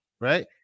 right